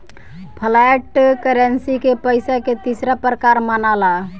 flat currency के पइसा के तीसरा प्रकार मनाला